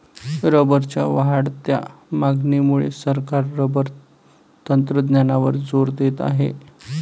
रबरच्या वाढत्या मागणीमुळे सरकार रबर तंत्रज्ञानावर जोर देत आहे